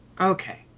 Okay